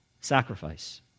sacrifice